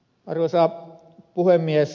arvoisa puhemies